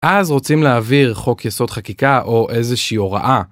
אז רוצים להעביר חוק יסוד חקיקה או איזושהי הוראה?